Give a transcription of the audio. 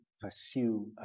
pursue